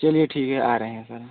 चलिए ठीक है आ रहे हैं सर